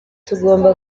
tugomba